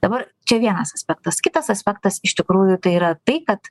dabar čia vienas aspektas kitas aspektas iš tikrųjų tai yra tai kad